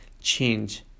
change